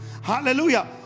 hallelujah